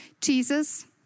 Jesus